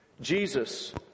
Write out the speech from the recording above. Jesus